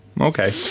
okay